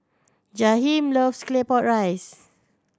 Jahiem loves Claypot Rice